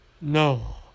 No